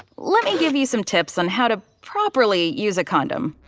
let me give you some tips on how to properly use a condom.